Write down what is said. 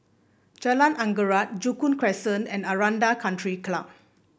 Jalan Anggerek Joo Koon Crescent and Aranda Country Club